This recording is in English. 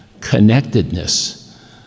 connectedness